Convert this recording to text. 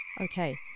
okay